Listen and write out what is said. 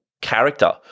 character